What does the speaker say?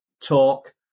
talk